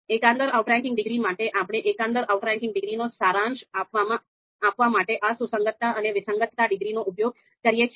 એકંદર outranking degree માટે આપણે એકંદર આઉટરેન્કિંગ ડિગ્રીનો સારાંશ આપવા માટે આ સુસંગતતા અને વિસંગતતા ડિગ્રીનો ઉપયોગ કરીએ છીએ